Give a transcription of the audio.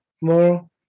more